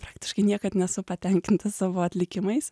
praktiškai niekad nesu patenkinta savo atlikimais